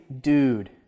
dude